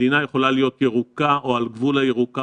מדינה יכולה להיות ירוקה או על גבול הירוקה